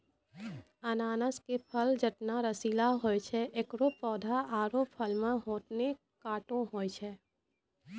अनानस के फल जतना रसीला होय छै एकरो पौधा आरो फल मॅ होतने कांटो होय छै